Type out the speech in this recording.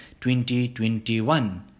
2021